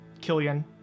killian